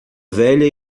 velha